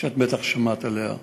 ואת בטח שמעת עליה.